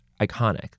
iconic